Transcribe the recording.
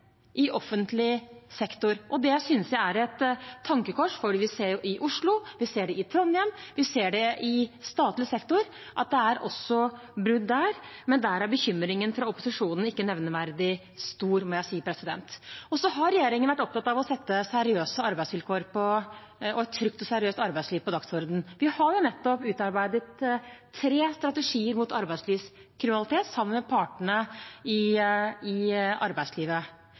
det i Trondheim, vi ser det i statlig sektor, at det også er brudd der, men der er bekymringen fra opposisjonen ikke nevneverdig stor, må jeg si. Regjeringen har vært opptatt av å sette et trygt og seriøst arbeidsliv på dagsordenen. Vi har utarbeidet tre strategier mot arbeidslivskriminalitet sammen med partene i arbeidslivet.